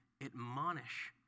admonish